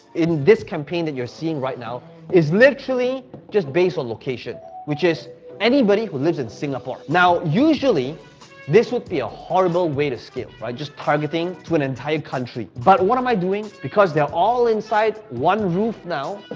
in this campaign that you're seeing right now, is literally just based on location, which is anybody who lives in singapore. now, usually this would be a horrible way to scale, right? just targeting to an entire country. but what am i doing? because they're all inside one roof now.